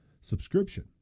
subscription